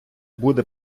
буде